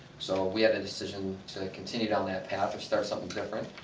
so we had a decision to continue down that path or start something different.